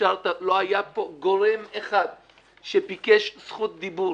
לא היה פה גורם אחד שביקש זכות דיבור,